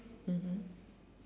mmhmm